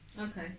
Okay